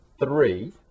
three